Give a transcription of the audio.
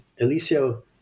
Alicia